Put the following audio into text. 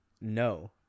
No